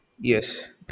Yes